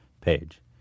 page